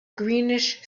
greenish